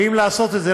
ואם לעשות את זה,